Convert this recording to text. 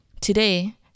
Today